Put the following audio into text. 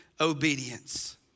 obedience